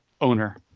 owner